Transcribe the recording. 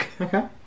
Okay